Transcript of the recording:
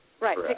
Right